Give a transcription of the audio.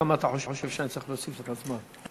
כמה אתה חושב שאני צריך להוסיף לך זמן?